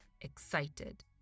excited